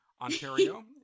Ontario